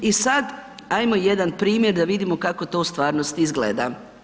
I sad ajmo jedan primjer da vidimo kako to u stvarnosti izgleda.